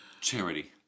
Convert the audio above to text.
Charity